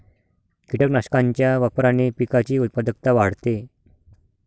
कीटकनाशकांच्या वापराने पिकाची उत्पादकता वाढते